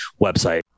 website